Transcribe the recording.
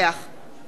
אילן גילאון,